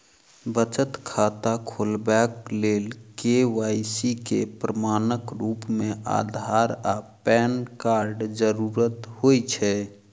बचत खाता खोलेबाक लेल के.वाई.सी केँ प्रमाणक रूप मेँ अधार आ पैन कार्डक जरूरत होइ छै